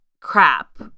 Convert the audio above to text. crap